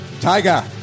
Tiger